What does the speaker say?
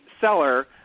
seller